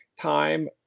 time